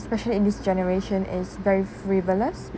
especially in this generation is very frivolous